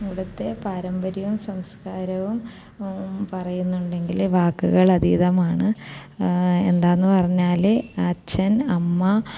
ഇവിടത്തെ പാരമ്പര്യവും സംസ്കാരവും പറയുന്നുണ്ടെങ്കില് വാക്കുകൾ അതീതമാണ് എന്താണെന്ന് പറഞ്ഞാല് അച്ഛൻ അമ്മ